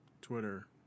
Twitter